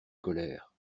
colère